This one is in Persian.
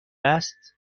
است